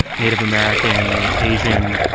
native american, asian,